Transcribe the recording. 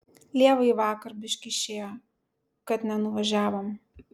lievai vakar biškį išėjo kad nenuvažiavom